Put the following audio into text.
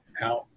out